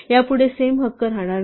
यापुढे सेम हक्क राहणार नाही